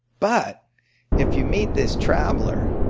but if you meet this traveler,